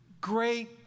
great